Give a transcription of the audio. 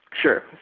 Sure